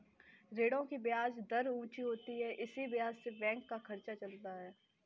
ऋणों की ब्याज दर ऊंची होती है इसी ब्याज से बैंक का खर्चा चलता है